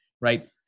right